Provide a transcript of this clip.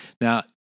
Now